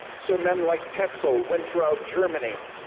so men like tetzel went throughout germany,